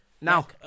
now